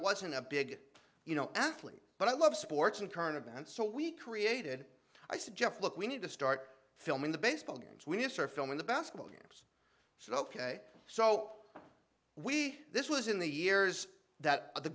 wasn't a big you know athlete but i love sports and current events so we created i suggest look we need to start filming the baseball games we need for film in the basketball games so ok so we this was in the years that the